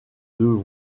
deux